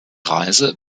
reise